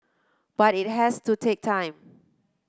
but it has to take time